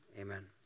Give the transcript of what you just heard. Amen